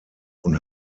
und